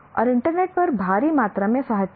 और इंटरनेट पर भारी मात्रा में साहित्य है